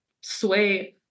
sway